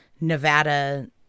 Nevada